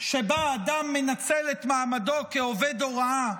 שבה אדם מנצל את מעמדו כעובד הוראה